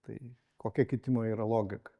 tai kokia kitimo yra logika